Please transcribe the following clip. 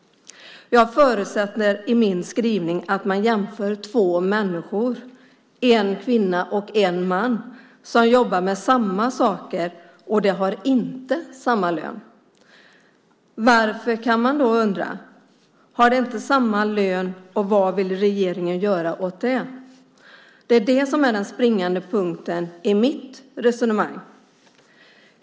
Jag förutsätter i min skrivning att man jämför två människor, en kvinna och en man, som jobbar med samma saker och inte har samma lön. Varför, kan man undra, har de inte samma lön? Vad vill regeringen göra åt det? Det är det som är den springande punkten i mitt resonemang.